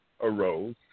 arose